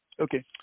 Okay